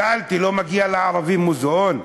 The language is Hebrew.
שאלתי: לא מגיע לערבים מוזיאון?